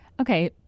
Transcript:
Okay